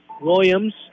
Williams